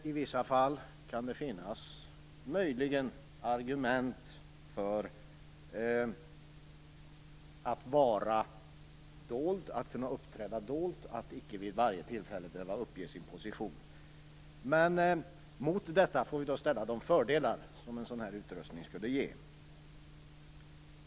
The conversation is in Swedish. I vissa fall kan det möjligen finnas argument för att man skall kunna uppträda dolt, för att man icke vid varje tillfälle skall behöva uppge sin position. Mot detta får vi ställa de fördelar som en sådan här utrustning skulle ge.